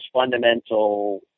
fundamental